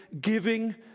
giving